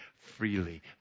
freely